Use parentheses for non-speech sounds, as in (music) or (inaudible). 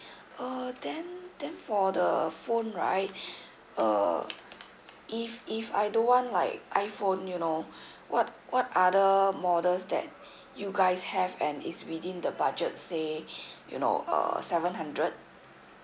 oh then then for the phone right (breath) uh if if I don't want like iphone you know (breath) what what other models that you guys have and is within the budget say (breath) you know uh seven hundred